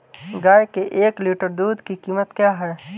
गाय के एक लीटर दूध की कीमत क्या है?